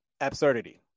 Absurdity